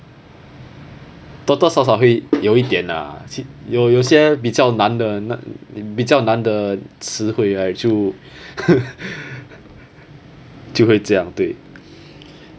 多多少少会有一点 lah 有有些比较难的那比较难的词汇 right 就就会这样对